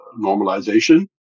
normalization